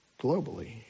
globally